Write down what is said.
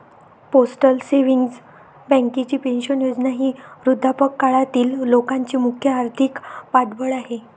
postal savings बँकेची pension योजना ही वृद्धापकाळातील लोकांचे मुख्य आर्थिक पाठबळ आहे